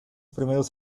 primeros